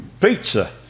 pizza